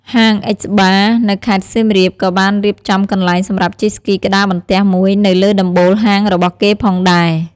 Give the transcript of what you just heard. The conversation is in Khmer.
ហាង អិច បារ (X Ba) នៅខេត្តសៀមរាបក៏បានរៀបចំកន្លែងសម្រាប់ជិះស្គីក្ដារបន្ទះមួយនៅលើដំបូលហាងរបស់គេផងដែរ។